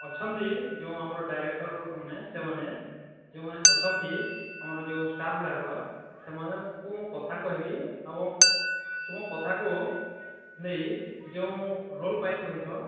ଅଛନ୍ତି ଯେଉଁ ଆମର ଡାଇରେକ୍ଟ୍ର ମାନେ ସେମାନେ ଯେଉଁମାନେ ଅଛନ୍ତି ଆମର ଯେଉଁ ଷ୍ଟାଫ୍ଗୁଡ଼ିକ ସେମାନଙ୍କୁ ମୁଁ କଥା କହିବି ଏବଂ ତୁମ କଥାକୁ ନେଇ ଯେଉଁ ରୋଲ୍ ପାଇଁ କହିଛ